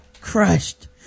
crushed